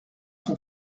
son